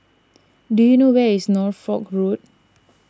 do you know where is Norfolk Road